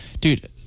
dude